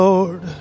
Lord